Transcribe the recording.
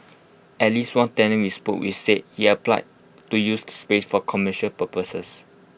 at least one tenant we spoke with said he had applied to use space for commercial purposes